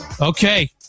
Okay